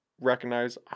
recognize